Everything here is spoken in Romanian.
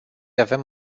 avem